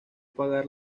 pagar